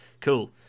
Cool